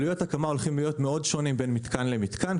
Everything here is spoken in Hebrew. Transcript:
עלויות הקמה הולכות להיות מאוד שונות בין מתקן למתקן,